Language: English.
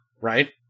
right